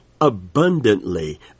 abundantly